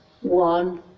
one